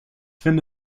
finde